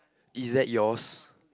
is that yours